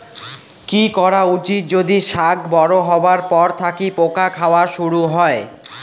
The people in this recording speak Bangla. কি করা উচিৎ যদি শাক বড়ো হবার পর থাকি পোকা খাওয়া শুরু হয়?